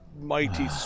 mighty